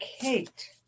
Kate